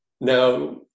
Now